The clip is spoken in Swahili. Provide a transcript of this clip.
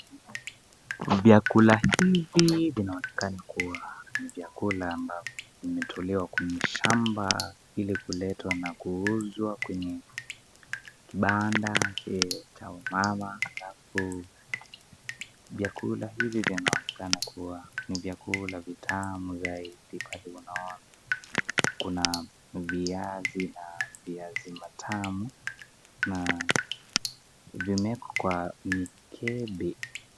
Vyakula hivi vinaonekana Kuwa ni vyakula ambavyo vimetolewa kwenye shamba ili kuletwa Na kuuzwa kwenye kibanda cha mama ,alafu vyakula hivi vinaonekana Kua ni vyakula vitamu zaidi pale unaona Kuna viazi na viazi matamu na zimeekwa kwenye mikebe...